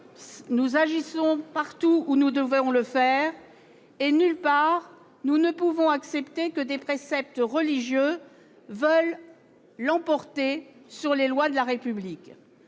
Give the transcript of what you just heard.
quartiers et partout où nous devons le faire. Nulle part, nous ne pouvons accepter que des préceptes religieux veuillent l'emporter sur les lois de la République.